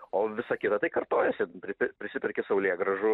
o visa kita tai kartojasi pripi prisiperki saulėgrąžų